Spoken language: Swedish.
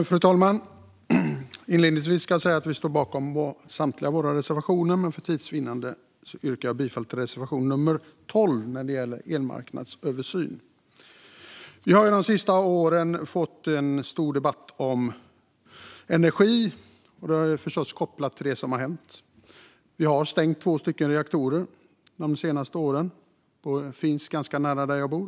Fru talman! Inledningsvis ska jag säga att vi står bakom samtliga våra reservationer, men för tids vinnande yrkar jag bifall endast till reservation nummer 12 när det gäller elmarknadsöversyn. Vi har under de sista åren haft en stor debatt om energi, och det är förstås kopplat till det som har hänt. Vi har stängt två reaktorer de senaste åren. De finns ganska nära där jag bor.